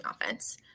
offense